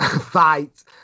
Fight